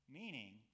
meaning